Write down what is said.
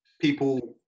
people